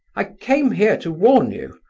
i came here to warn you,